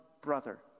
brother